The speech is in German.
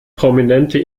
prominente